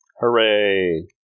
Hooray